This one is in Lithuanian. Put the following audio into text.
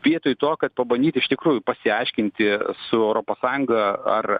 vietoj to kad pabandyt iš tikrųjų pasiaiškinti su europos sąjunga ar